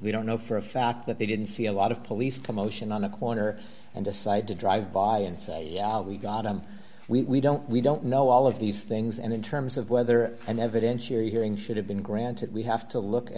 we don't know for a fact that they didn't see a lot of police commotion on the corner and decided to drive by and say yeah we got him we don't we don't know all of these things and in terms of whether an evidentiary hearing should have been granted we have to look at